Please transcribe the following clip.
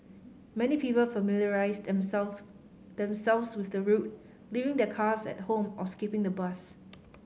many people familiarised them self themselves with the route leaving their cars at home or skipping the bus